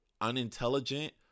unintelligent